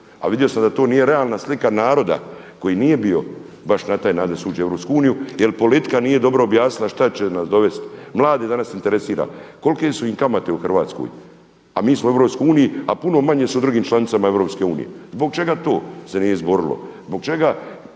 A vidio sam da to nije realna slika naroda koji nije bio baš za da se uđe u Europsku uniju jer politika nije dobro objasnila u šta će nas dovesti. Mlade danas interesira, kolike su im kamate u Hrvatskoj, a mi smo u Europskoj uniji a puno manje su drugim članicama Europske unije. Zbog čega to se nije izborilo? Zbog čega